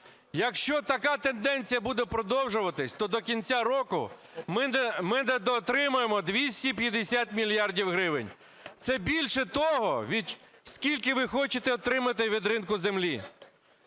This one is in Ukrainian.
Якщо така тенденція буде продовжуватись, то до кінця року ми недоотримаємо 250 мільярдів гривень, це більше того, скільки ви хочете отримати від ринку землі.